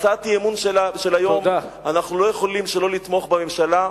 בהצעת האי-אמון של היום אנחנו לא יכולים שלא לתמוך בממשלה,